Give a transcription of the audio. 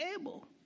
able